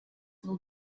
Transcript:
will